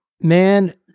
man